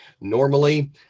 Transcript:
Normally